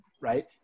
right